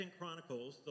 Chronicles